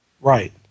Right